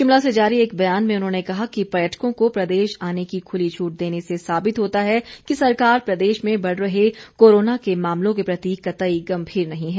शिमला से जारी एक बयान में उन्होंने कहा कि पर्यटकों को प्रदेश आने की खुली छूट देने से साबित होता है कि सरकार को प्रदेश में बढ़ रहे कोरोना के मामलों के प्रति कतई गंभीर नहीं है